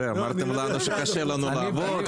אמרת לנו שקשה לנו לעבוד,